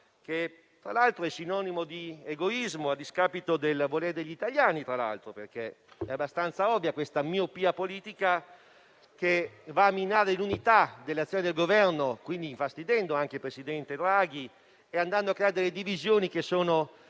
che tra l'altro è sinonimo di egoismo a discapito del volere degli italiani, perché è abbastanza ovvia questa miopia politica che va a minare l'unità dell'azione del Governo, infastidendo anche il presidente Draghi e creando divisioni totalmente